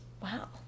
Wow